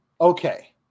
Okay